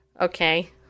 Okay